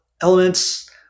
elements